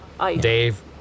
Dave